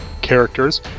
characters